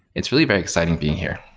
it's really very exciting being here.